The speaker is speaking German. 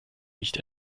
nicht